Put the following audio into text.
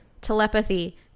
Telepathy